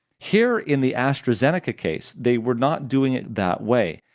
here in the astrazeneca case, they were not doing it that way.